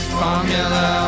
formula